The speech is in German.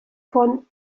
von